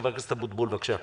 חבר כנסת אבוטבול, בבקשה.